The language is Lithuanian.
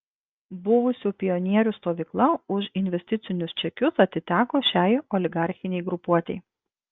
buvusių pionierių stovykla už investicinius čekius atiteko šiai oligarchinei grupuotei